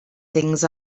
things